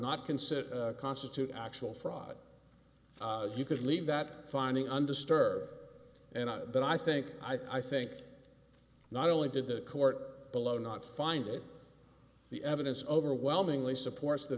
not consider constitute actual fraud you could leave that finding undisturbed and then i think i think not only did the court below not find it the evidence overwhelmingly supports the